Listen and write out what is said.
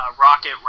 rocket